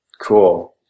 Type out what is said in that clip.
Cool